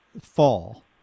fall